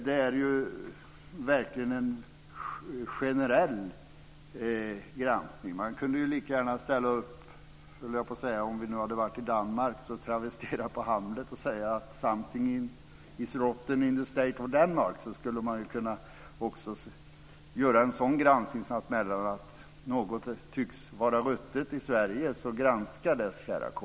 Då är det verkligen fråga om en generell granskning. Man kunde lika gärna, om det skulle ha varit Danmark, travestera Hamlet och säga att something is rotten in the state of Denmark. Man skulle kunna göra en granskningsanmälan och säga att någonting tycks vara ruttet i Sverige, så granska det, kära KU!